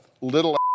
Little